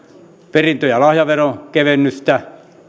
perintö ja lahjaveron kevennystä